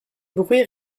bruits